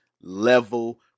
level